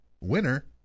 Winner